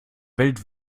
welt